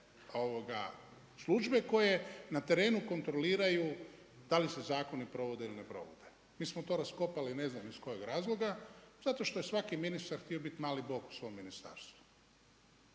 službe koje na terenu kontroliraju da li se zakoni provode ili ne provode. Mi smo to raskopali ne znam iz kojeg razloga, zato što je svaki ministar htio biti mali Bog u svom ministarstvu.